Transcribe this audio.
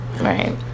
Right